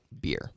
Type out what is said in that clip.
beer